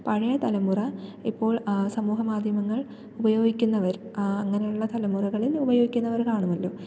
പഴയ തലമുറ ഇപ്പോൾ സമൂഹ മാധ്യമങ്ങൾ ഉപയോഗിക്കുന്നവർ അങ്ങനെയുള്ള തലമുറകളിൽ ഉപയോഗിക്കുന്നവർ കാണുമല്ലോ